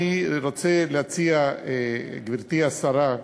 אני רוצה להציע, גברתי השרה,